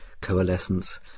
coalescence